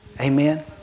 Amen